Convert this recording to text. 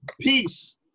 Peace